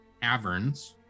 caverns